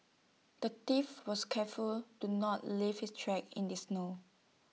the thief was careful to not leave his tracks in the snow